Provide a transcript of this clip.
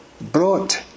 brought